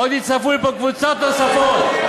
עוד יצטרפו לפה קבוצות נוספות.